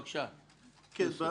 בבקשה, יוסף.